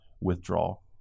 withdrawal